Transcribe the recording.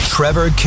Trevor